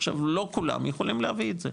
עכשיו לא כולם יכולים להביא את זה.